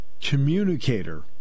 communicator